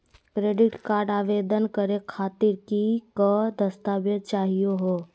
Credit card आवेदन करे खातीर कि क दस्तावेज चाहीयो हो?